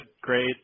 great